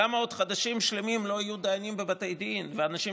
למה עוד חודשים שלמים לא יהיו דיינים בבתי דין ואנשים